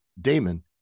Damon